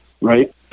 right